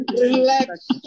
relax